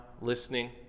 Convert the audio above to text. listening